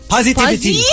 Positivity